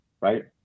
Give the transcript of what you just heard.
right